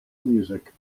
music